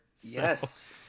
yes